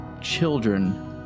children